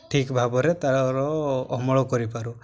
ଠିକ୍ ଭାବରେ ତା'ର ଅମଳ କରିପାରୁ